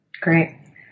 Great